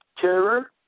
terror